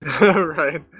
right